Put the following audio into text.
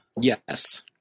Yes